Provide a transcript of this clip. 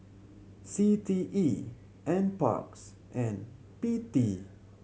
C T E Nparks and P T